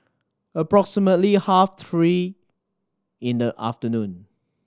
approximately half three in the afternoon